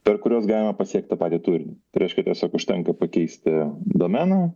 per kuriuos galima pasiekt tą patį turinį tai reiškia tiesiog užtenka pakeisti domeną